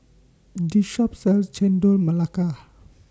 This Shop sells Chendol Melaka